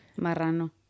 Marrano